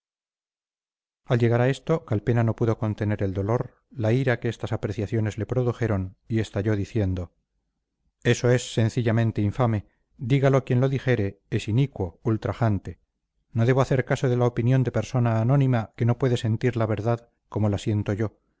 al llegar a esto calpena no pudo contener el dolor la ira que estas apreciaciones le produjeron y estalló diciendo eso es sencillamente infame dígalo quien lo dijere es inicuo ultrajante no debo hacer caso de la opinión de persona anónima que no puede sentir la verdad como la siento yo